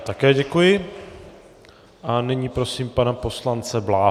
Také děkuji a nyní prosím pana poslance Bláhu.